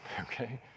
Okay